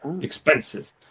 expensive